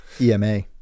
EMA